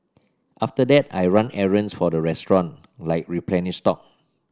after that I run errands for the restaurant like replenish stock